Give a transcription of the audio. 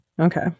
Okay